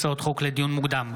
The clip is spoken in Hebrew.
הצעות חוק לדיון מוקדם: